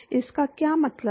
इसका क्या मतलब है